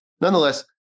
nonetheless